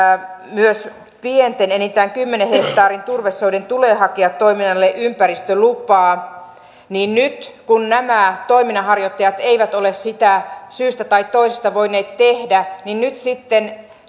myös pienten enintään kymmenen hehtaarin turvesoiden tulee hakea toiminnalleen ympäristölupaa niin nyt kun nämä toiminnanharjoittajat eivät ole sitä syystä tai toisesta voineet tehdä sitten